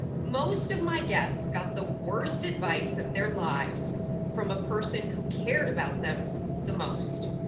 most of my guests got the worst advice of their lives from a person who cared about them the most.